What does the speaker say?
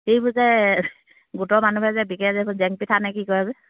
এইবোৰ যে গোটৰ মানুহবোৰে যে বিকে যে জেং পিঠা নে কি কয়